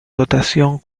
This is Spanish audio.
dotación